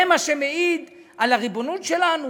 זה מה שמעיד על הריבונות שלנו?